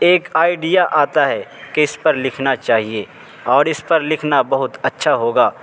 ایک آئیڈیا آتا ہے کہ اس پر لکھنا چاہیے اور اس پر لکھنا بہت اچھا ہوگا